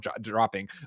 dropping